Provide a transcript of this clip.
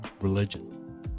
religion